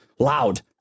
loud